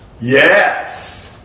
Yes